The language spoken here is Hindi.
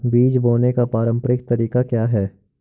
बीज बोने का पारंपरिक तरीका क्या है?